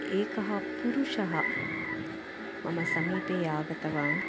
एकः पुरुषः मम समीपे आगतवान्